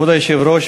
כבוד היושב-ראש,